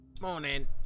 morning